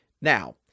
Now